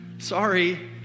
Sorry